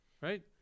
right